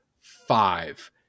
five